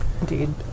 Indeed